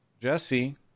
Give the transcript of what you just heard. Jesse